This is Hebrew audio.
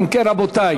אם כן, רבותי,